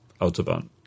Autobahn